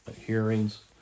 hearings